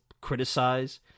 criticize